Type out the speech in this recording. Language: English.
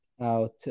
out